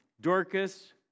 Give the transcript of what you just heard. Dorcas